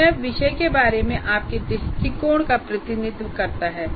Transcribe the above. Cmap विषय के बारे में आपके दृष्टिकोण का प्रतिनिधित्व करता है